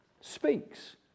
speaks